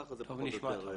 כך זה פחות או יותר.